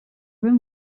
room